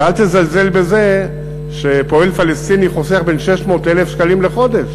ואל תזלזל בזה שפועל פלסטיני חוסך בין 600 ל-1,000 שקלים לחודש